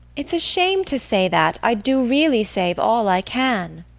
it's a shame to say that. i do really save all i can.